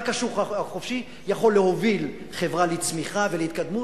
רק השוק החופשי יכול להוביל חברה לצמיחה ולהתקדמות,